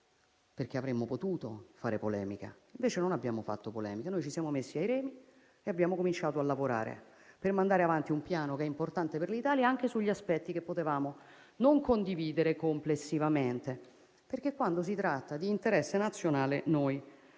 avremmo potuto fare polemica, invece non abbiamo fatto polemiche, ci siamo messi ai remi e abbiamo cominciato a lavorare per mandare avanti un Piano che è importante per l'Italia anche sugli aspetti che potevamo non condividere complessivamente, perché quando si tratta di interesse nazionale noi